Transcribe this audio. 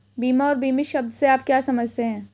बीमा और बीमित शब्द से आप क्या समझते हैं?